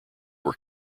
were